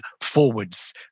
forwards